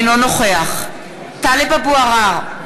אינו נוכח טלב אבו עראר,